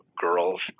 girls